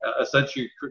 essentially